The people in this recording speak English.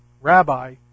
Rabbi